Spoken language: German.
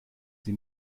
sie